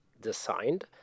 designed